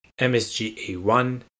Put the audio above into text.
MSGA1